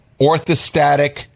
orthostatic